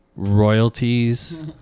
Royalties